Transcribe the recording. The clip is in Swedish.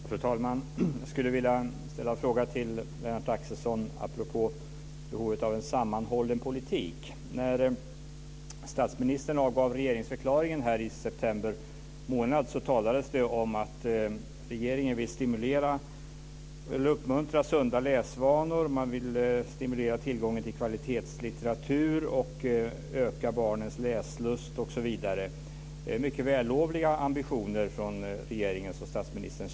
Fru talman! Jag vill ställa en fråga till Lennart Axelsson apropå behovet av en sammanhållen politik. När statsministern avgav regeringsförklaringen i september månad talades det om att regeringen ville uppmuntra sunda läsvanor. Man ville stimulera tillgången till kvalitetslitteratur, öka barnens läslust osv. Det är mycket vällovliga ambitioner från regeringen och statsministern.